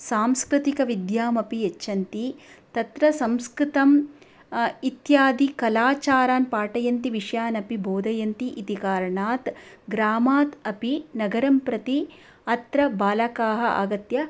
सांस्कृतिक विद्यामपि यच्छन्ति तत्र संस्कृतम् इत्यादि कलाचारान् पाठयन्ति विषयानपि बोधयन्ति इति कारणात् ग्रामात् अपि नगरं प्रति अत्र बालकाः आगत्य